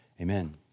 Amen